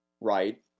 right